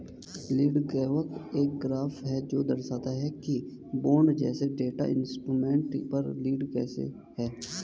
yield curve एक graph है जो दर्शाता है कि बॉन्ड जैसे डेट इंस्ट्रूमेंट पर यील्ड कैसे है